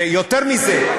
ויותר מזה,